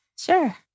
Sure